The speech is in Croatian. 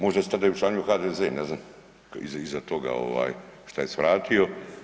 Možda se tada i učlanio u HDZ-e, ne znam iza toga što je svratio.